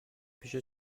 پیش